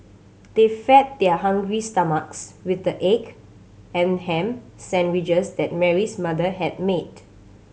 they fed their hungry stomachs with the egg and ham sandwiches that Mary's mother had made